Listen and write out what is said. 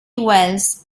wells